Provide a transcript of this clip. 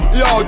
yo